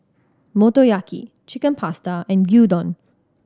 Motoyaki Chicken Pasta and Gyudon